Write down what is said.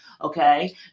Okay